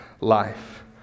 life